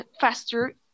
faster